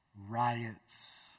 riots